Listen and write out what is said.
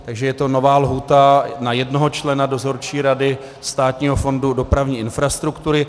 Takže je to nová lhůta na jednoho člena Dozorčí rady Státního fondu dopravní infrastruktury.